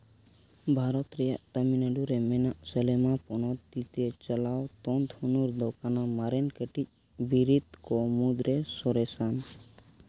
ᱵᱷᱟᱨᱚᱛ ᱨᱮᱭᱟᱜ ᱛᱟᱹᱢᱤᱞᱱᱟᱹᱰᱩ ᱨᱮ ᱢᱮᱱᱟᱜ ᱥᱟᱞᱮᱢᱟ ᱯᱚᱱᱚᱛ ᱛᱤᱛᱮ ᱪᱟᱞᱟᱣ ᱛᱚᱸᱛ ᱦᱩᱱᱟᱹᱨ ᱫᱚ ᱠᱟᱱᱟ ᱢᱟᱨᱮᱱ ᱠᱟᱹᱴᱤᱡ ᱵᱤᱨᱤᱫ ᱠᱚ ᱢᱩᱫᱽᱨᱮ ᱥᱚᱨᱮᱥᱟ